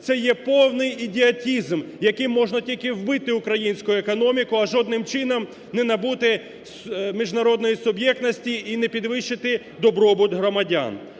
Це є повний ідіотизм, яким можна тільки вбити українську економіку, а жодним чином не набути міжнародної суб'єктності і не підвищити добробут громадян.